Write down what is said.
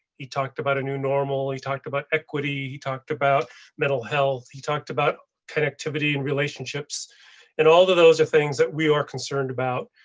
he talked about a new normally talk about equity. he talked about mental health. he talked about connectivity in relationships and all of those are things that we are concerned about,